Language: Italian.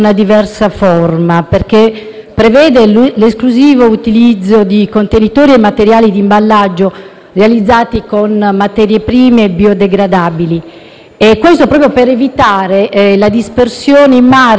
prevede l'esclusivo utilizzo di contenitori e materiali di imballaggio realizzati con materie prime biodegradabili, proprio per evitare la dispersione in mare di rifiuti di confezionamento